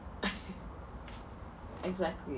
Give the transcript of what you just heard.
exactly